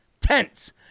tents